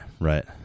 right